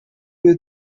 you